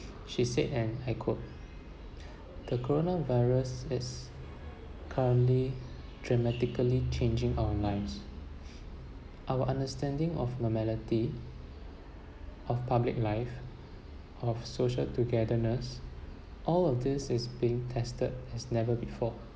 she said and I quote the coronavirus is currently dramatically changing our lives our understanding of normality of public life of social togetherness all of this is being tested as never before